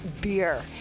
beer